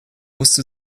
wusste